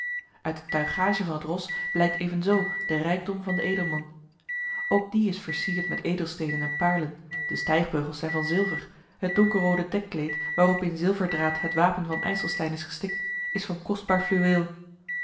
uit de tuigage van het ros blijkt evenzoo de rijkdom van den edelman ook die is versierd met edelsteenen en paarlen de stijgbeugels zijn van zilver het donkerroode dekkleed waarop in zilverdraad het wapen van ijselstein is gestikt is van kostbaar